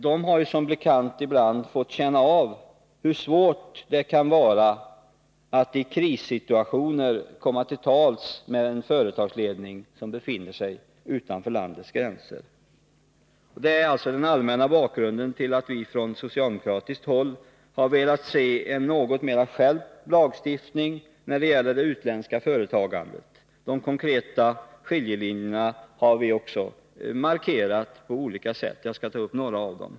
De har som bekant ibland fått känna av hur svårt det kan vara att i krissituationer komma till tals med en företagsledning som befinner sig utanför landets gränser. Detta är alltså den allmänna bakgrunden till att vi från socialdemokratiskt håll har velat ha en något mera skärpt lagstiftning när det gäller det utländska företagandet. De konkreta skiljelinjerna har vi också markerat på olika sätt, och jag skall kommentera några av dem.